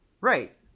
Right